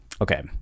okay